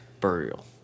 Burial